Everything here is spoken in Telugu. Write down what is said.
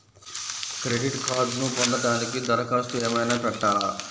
క్రెడిట్ కార్డ్ను పొందటానికి దరఖాస్తు ఏమయినా పెట్టాలా?